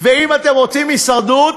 ואם אתם רוצים הישרדות,